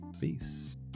Peace